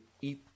eat